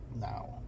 now